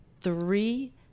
three